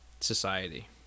society